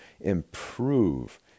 improve